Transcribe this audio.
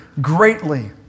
greatly